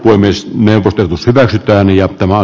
voi myös neuvottelussa vältytään ja tämä on